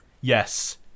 Yes